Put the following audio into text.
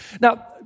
Now